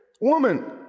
woman